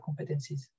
competencies